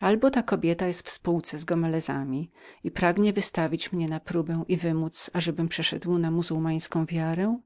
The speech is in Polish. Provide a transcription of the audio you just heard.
albo ta kobieta jest we współce z gomelezami i pragnie wystawić mnie na próbę i wymódz ażebym przeszedł na muzułmańską wiarę